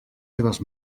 seves